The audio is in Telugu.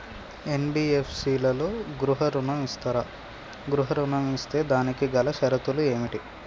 ఎన్.బి.ఎఫ్.సి లలో గృహ ఋణం ఇస్తరా? గృహ ఋణం ఇస్తే దానికి గల షరతులు ఏమిటి?